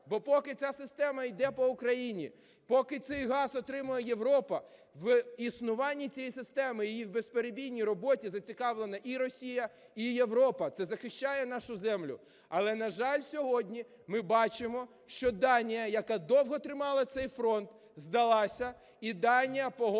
Бо поки ця система йде по Україні, поки цей газ отримує Європа, в існуванні цієї системи, в її безперебійній роботі зацікавлені і Росія, і Європа, це захищає нашу землю. Але, на жаль, сьогодні ми бачимо, що Данія, яка довго тримала цей фронт, здалася, і Данія погодила